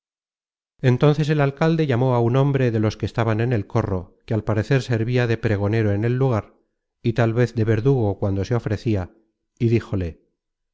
entonces el alcalde llamó á un hombre de los que estaban en el corro que al parecer servia de pregonero en el lugar y tal vez de verdugo cuando se ofrecia y díjole